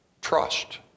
trust